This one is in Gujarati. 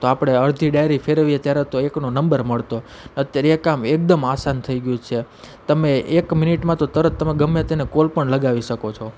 તો આપણે અડધી ડાયરી ફેરવીએ ત્યારે તો એકનો નંબર મળતો અત્યારે એ કામ એકદમ આસન થઈ ગયું છે તમે એક મિનિટમાં તો તરત તમે ગમે તેને કોલ પણ લગાવી શકો છો